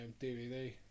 DVD